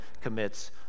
commits